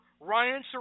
Ryan